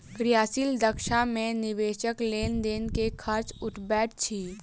क्रियाशील दक्षता मे निवेशक लेन देन के खर्च उठबैत अछि